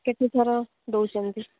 କେତେ ଥର ଦେଉଛନ୍ତି